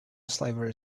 slavery